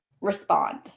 respond